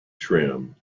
trim